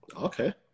okay